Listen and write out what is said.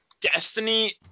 Destiny